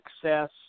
success